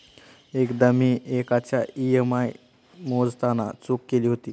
एकदा मी एकाचा ई.एम.आय मोजताना चूक केली होती